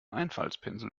einfaltspinsel